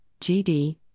GD